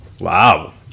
Wow